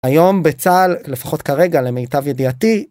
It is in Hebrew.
היום בצהל, לפחות כרגע, למיטב ידיעתי,